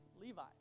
Levi